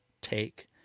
take